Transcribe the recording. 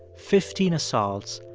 fifteen assaults,